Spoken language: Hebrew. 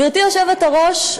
גברתי היושבת-ראש,